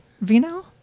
Vino